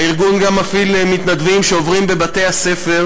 הארגון גם מפעיל מתנדבים שעוברים בבתי-ספר,